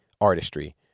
Artistry